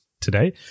today